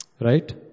Right